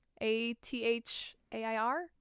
A-T-H-A-I-R